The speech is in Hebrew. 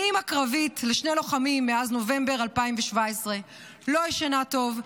אני אימא קרבית לשני לוחמים מאז נובמבר 2017. לא ישנה טוב,